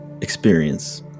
experience